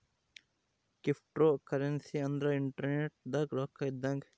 cryptocurrency ಅಂದ್ರ internet ದಾಗ ರೊಕ್ಕ ಇದ್ದಂಗ